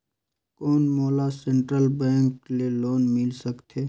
कौन मोला central bank ले लोन मिल सकथे?